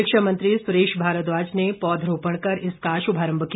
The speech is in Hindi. शिक्षा मंत्री सुरेश भारद्वाज ने पौधरोपण कर इसका शुभारंभ किया